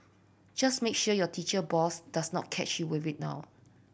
just make sure your teacher boss does not catch you with it now